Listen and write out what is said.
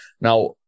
now